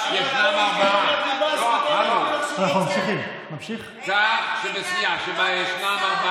כחלק מהמגמה המופיעה בהסכם שבין יש עתיד וימינה על,